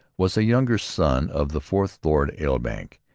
was a younger son of the fourth lord elibank.